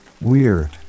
Weird